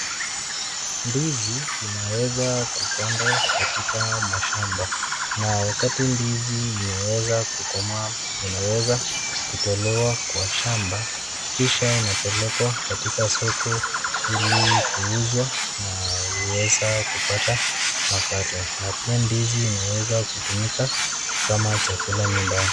Ndizi inaweza kupandwa katika mashamba na wakati ndizi imeweza kukomaa inaweza kutolewa kwa shamba kisha inapelekwa katika soko ili kuuzwa na kuweza kupata mapato, na pia ndizi inaweza kutumika kama chakula nyumbani.